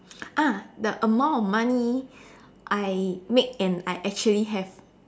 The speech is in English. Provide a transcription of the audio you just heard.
ah the amount of money I make and I actually have